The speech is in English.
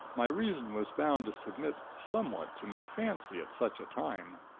my reason was bound to submit somewhat to my fancy at such a time.